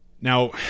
Now